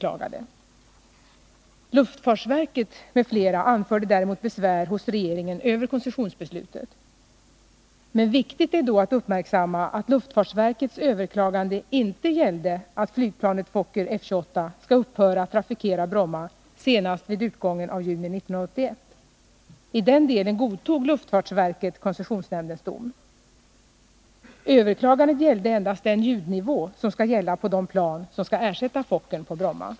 Luftfartsverket m.fl. anförde däremot besvär hos regeringen över koncessionsnämndens beslut. Viktigt är då att uppmärksamma att luftfartsverkets överklagande inte gällde att flygplanet Fokker F-28 skall upphöra att trafikera Bromma senast vid utgången av juni 1981. I den delen godtog luftfartsverket koncessionsnämndens utslag. Överklagandet gällde endast den ljudnivå som skall gälla för de plan som skall ersätta Fokkern på Bromma.